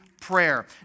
Prayer